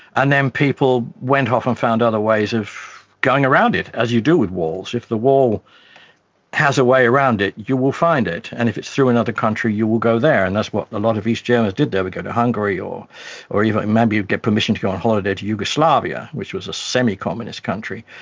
and then people went off and found other ways of going around it, as you do with walls. if the wall has a way around it you will find it. and if it's through another country, you will go there, and that's what a lot of east germans did, they would go to hungary or or even maybe get permission to go on holiday to yugoslavia, which was a semi-communist country,